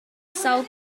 sawl